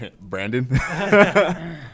Brandon